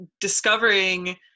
discovering